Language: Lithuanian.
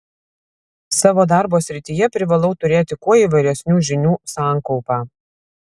savo darbo srityje privalau turėti kuo įvairesnių žinių sankaupą